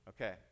Okay